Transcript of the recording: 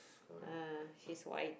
uh she's white